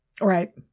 Right